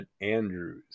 Andrews